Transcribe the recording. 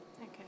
Okay